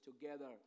together